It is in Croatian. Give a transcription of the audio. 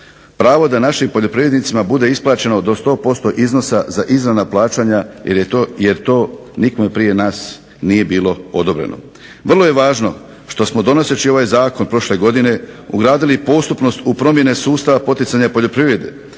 pravo da našim poljoprivrednicima bude isplaćeno do 100% iznosa za izravna plaćanja jer to nikome prije nas nije bilo odobreno. Vrlo je važno što smo donoseći ovaj zakon prošle godine ugradili postupnost u promjene sustava poticanja poljoprivrede,